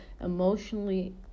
emotionally